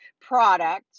product